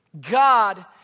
God